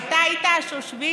אתה היית השושבין